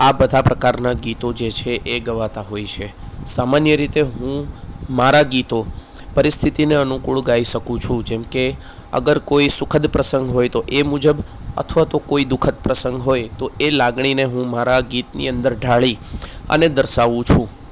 આ બધા પ્રકારનાં ગીતો જે છે એ ગવાતાં હોય છે સામાન્ય રીતે હું મારા ગીતો પરીસ્થિતિને અનુકૂળ ગાઈ શકું છું જેમકે અગર કોઈ સુખદ પ્રસંગ હોય તો એ મુજબ અથવા તો કોઈ દુઃખદ પ્રસંગ હોય તો એ લાગણીને હું મારા ગીતની અંદર ઢાળી અને દર્શાવું છું